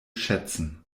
schätzen